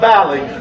Valley